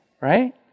right